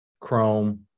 chrome